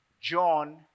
John